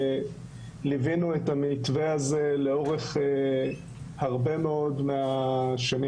ליווינו את המתווה הזה לאורך הרבה מאוד מהשנים